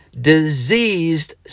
diseased